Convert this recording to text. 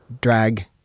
drag